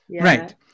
Right